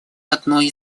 одной